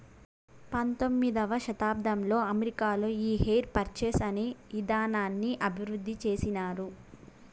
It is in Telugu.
పంతొమ్మిదవ శతాబ్దంలో అమెరికాలో ఈ హైర్ పర్చేస్ అనే ఇదానాన్ని అభివృద్ధి చేసినారు